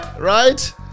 Right